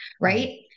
right